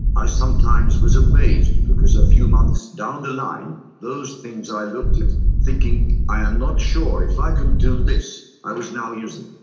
i sometimes was amazed because a few months down the line those things i looked at thinking i am not sure if i can do this, i was now using.